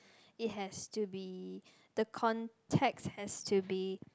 it has to be the contacts has to be